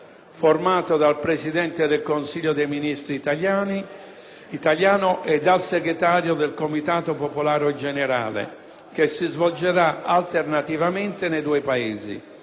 formato dal Presidente del Consiglio dei ministri italiano e dal Segretario del Comitato popolare generale, che si svolgerà alternativamente nei due Paesi.